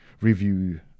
review